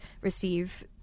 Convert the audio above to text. receive